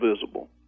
visible